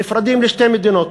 נפרדים לשתי מדינות.